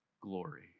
glory